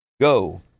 Go